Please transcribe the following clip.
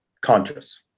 conscious